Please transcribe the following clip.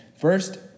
first